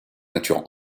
nature